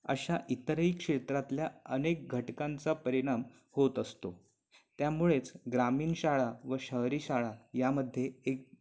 अशा इतरही क्षेत्रातल्या अनेक घटकांचा परिणाम होत असतो त्यामुळेच ग्रामीण शाळा व शहरी शाळा यामध्ये एक